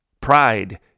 Pride